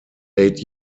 eight